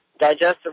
digestive